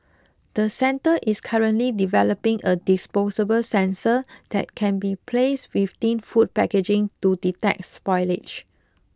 the centre is currently developing a disposable sensor that can be placed within food packaging to detect spoilage